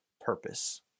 purpose